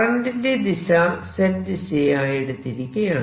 കറന്റിന്റെ ദിശ Z ദിശയായെടുത്തിരിക്കയാണ്